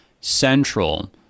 central